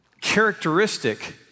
characteristic